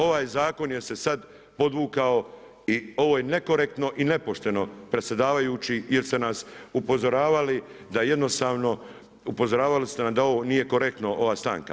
Ovaj zakon se sad podvukao i ovo je nekorektno i nepošteno predsjedavajući jer ste nas upozoravali da jednostavno, upozoravali ste nas da ovo nije korektno, ova stanka.